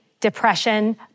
depression